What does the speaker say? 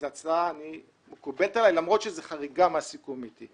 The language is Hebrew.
אז ההצעה מקובלת עלי למרות שזו חריגה מהסיכום איתי.